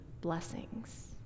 blessings